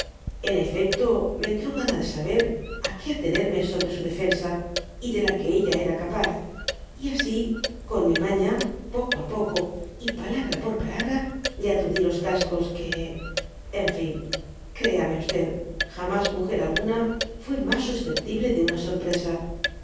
en efecto me entró gana de saber á que atenerme sobre su defensa y de la que ella era capaz y asi con mi maña poco á poco y palabra por palabra le aturdí los cascos que enfín créame jamas múger alguna fué mas susceptible de una sorpresa